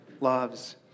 loves